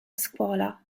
scuola